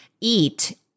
eat